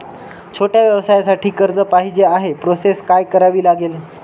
छोट्या व्यवसायासाठी कर्ज पाहिजे आहे प्रोसेस काय करावी लागेल?